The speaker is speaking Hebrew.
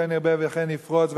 כן ירבה וכן יפרוץ,